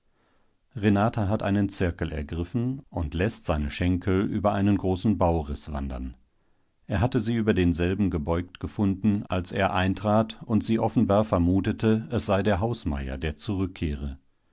renata hat einen zirkel ergriffen und läßt seine schenkel über einen großen bauriß wandern er hatte sie über denselben gebeugt gefunden als er eintrat und sie offenbar vermutete es sei der hausmeier der zurückkehre